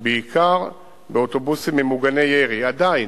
בעיקר באוטובוסים ממוגני ירי עדיין,